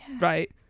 Right